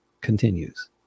continues